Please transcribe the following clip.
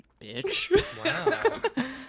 bitch